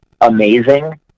amazing